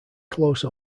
close